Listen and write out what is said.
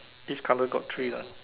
this colour got three lah